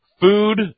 Food